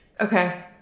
Okay